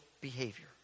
behavior